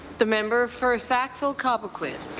the member for sackville cobequid.